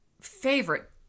favorite